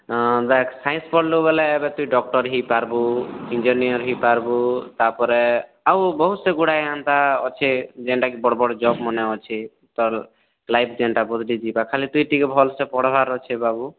ହଁ ଦେଖ୍ ସାଇନ୍ସ ପଢ଼୍ଲୁ ବୋଲେ ଏବେ ତୁଇ ଡକ୍ଟର ହେଇପାର୍ବୁ ଇଞ୍ଜିନିୟର୍ ହେଇପାର୍ବୁ ତାପରେ ଆଉ ବହୁତ୍ଗୁଡ଼େ ହେନ୍ତା ଅଛି ଯେନ୍ତାକି ବଡ଼୍ ବଡ଼୍ ଜବ୍ମାନେ ଅଛି ତୋର୍ ଲାଇଫ୍ ଭଲ୍ ଯିବା ତୁଇ ଟିକେ ଖାଲି ଭଲ୍ସେ ପଢ଼ିବାର୍ ଅଛେ ବାବୁ